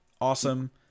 Awesome